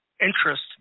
interest